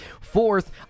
Fourth